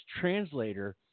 translator